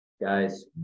guys